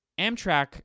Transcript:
Amtrak